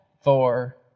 four